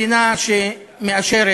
מדינה שמאשרת